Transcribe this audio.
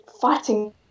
fighting